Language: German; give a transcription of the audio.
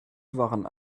waren